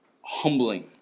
humbling